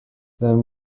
then